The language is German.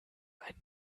ein